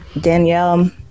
Danielle